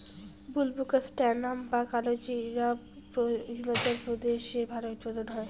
বুলবোকাস্ট্যানাম বা কালোজিরা হিমাচল প্রদেশে ভালো উৎপাদন হয়